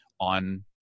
on